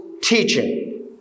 teaching